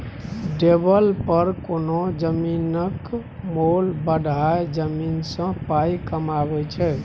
developer कोनो जमीनक मोल बढ़ाए जमीन सँ पाइ कमाबै छै